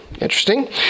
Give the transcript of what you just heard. interesting